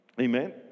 Amen